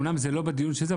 אומנם זה לא בדיון הזה,